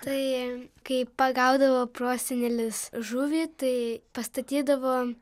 tai kai pagaudavo prosenelis žuvį tai pastatydavo